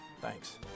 Thanks